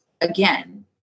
again